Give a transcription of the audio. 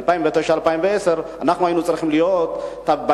2009 ו-2010 אנחנו היינו צריכים לראות יותר